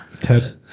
Ted